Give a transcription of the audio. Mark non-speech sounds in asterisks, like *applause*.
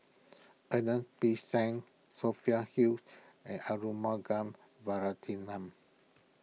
Ernest P Shanks Sophia Huge and Arumugam *unintelligible*